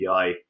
API